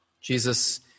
Jesus